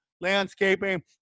Landscaping